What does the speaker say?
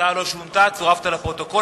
התוצאה לא שונתה, צורפת לפרוטוקול.